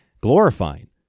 glorifying